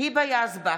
היבה יזבק,